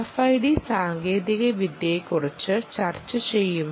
RFID സാങ്കേതികവിദ്യയെക്കുറിച്ച് ചർച്ചചെയ്യുമ്പോൾ